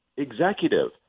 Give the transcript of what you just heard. executive